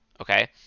Okay